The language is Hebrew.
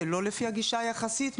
זה לא לפי הגישה היחסית,